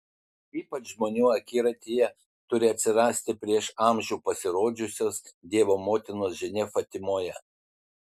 ypač žmonių akiratyje turi atsirasti prieš amžių pasirodžiusios dievo motinos žinia fatimoje